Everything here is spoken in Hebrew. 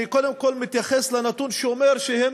קודם כול אני מתייחס לנתון שאומר שהם